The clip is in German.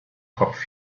kopf